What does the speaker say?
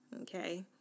Okay